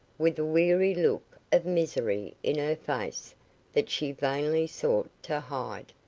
with a weary look of misery in her face that she vainly sought to hide.